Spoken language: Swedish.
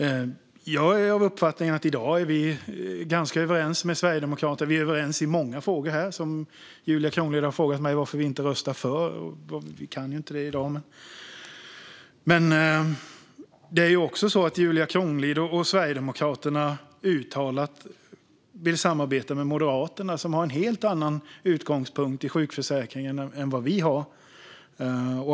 Jag är av uppfattningen att vi i dag är ganska överens med Sverigedemokraterna. Vi är överens i många frågor. Julia Kronlid har frågat mig varför vi inte har röstar för. Vi kan inte det i dag. Det är också så att Julia Kronlid och Sverigedemokraterna uttalat vill samarbeta med Moderaterna. De har en helt annan utgångspunkt i sjukförsäkringen än vad vi har.